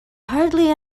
hardly